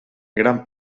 gran